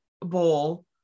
bowl